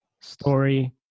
story